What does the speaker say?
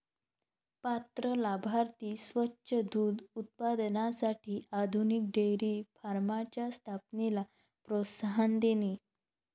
पात्र लाभार्थी स्वच्छ दूध उत्पादनासाठी आधुनिक डेअरी फार्मच्या स्थापनेला प्रोत्साहन देणे